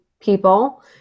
people